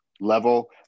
level